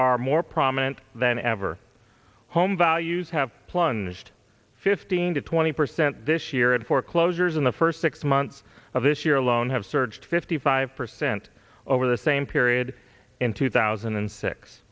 are more prominent than ever home values have plunged fifteen to twenty percent this year and foreclosures in the first six months of this year alone have surged fifty five percent over the same period in two thousand and six